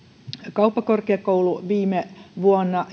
kauppakorkeakoulu julkaisi viime vuonna